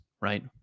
right